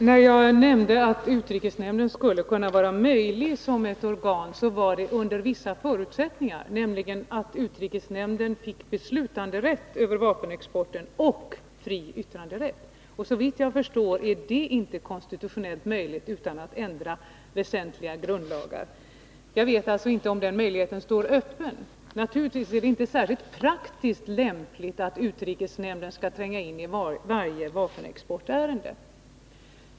Fru talman! När jag nämnde att utrikesnämnden skulle kunna vara möjlig som ett organ så var det under vissa förutsättningar, nämligen att utrikesnämnden fick beslutanderätt över vapenexporten och fri yttranderätt och inte tystnadsplikt som i dag. Såvitt jag förstår är detta inte konstitutionellt möjligt utan att ändra väsentligt, kanske i grundlagen. Jag vet inte om den möjligheten står öppen. Naturligtvis är det inte särskilt lämpligt rent praktiskt att utrikesnämnden skall tränga in i varje vapenexportärende.